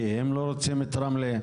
כי הם לא רוצים את רמלה?